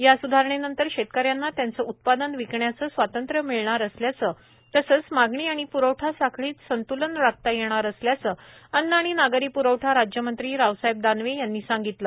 या सूधारणेनंतर शेतकऱ्यांना त्यांचं उत्पादन विकण्याचं स्वातंत्र्य मिळणार असल्याचं तसंच मागणी आणि प्रवठा साखळीत संत्लन राखता येणार असल्याचं अन्न अणि नागरी प्रवठा राज्यमंत्री रावसाहेब दानवे यांनी सांगितलं